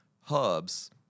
hubs